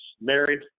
married